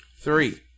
Three